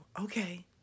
okay